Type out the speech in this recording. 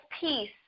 peace